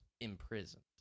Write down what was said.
imprisoned